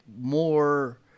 more